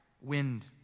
wind